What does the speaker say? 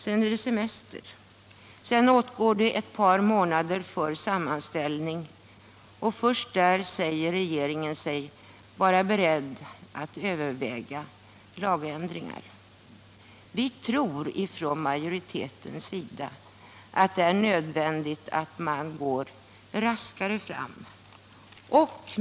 Sedan är det semestrar, sedan åtgår ett par månader för sammanställning och först därefter säger sig regeringen vara beredd att överväga lagändringar. Vi inom utskottsmajoriteten tror att det är nödvändigt att man går raskare fram.